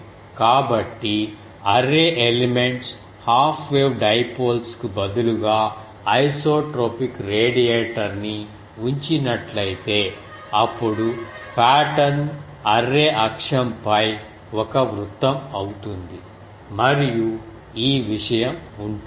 కాబట్టి array elements half wave డైపోల్స్కు బదులుగా ఐసోట్రోపిక్ రేడియేటర్ ని ఉంచినట్లయితే అప్పుడు పాటర్న్ అర్రే అక్షం పై ఒక వృత్తం అవుతుంది మరియు ఈ విషయం ఉంటుంది